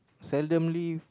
seldom leave